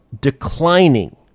declining